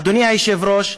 אדוני היושב-ראש,